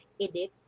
edit